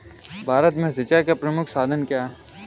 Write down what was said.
भारत में सिंचाई का प्रमुख साधन क्या है?